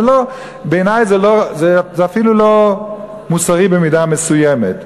בעיני זה אפילו לא מוסרי במידה מסוימת.